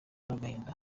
n’agahinda